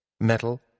Metal